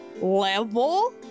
level